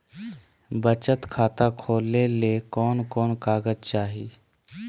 बचत खाता खोले ले कोन कोन कागज चाही?